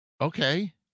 okay